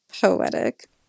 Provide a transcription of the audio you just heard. poetic